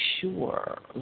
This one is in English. sure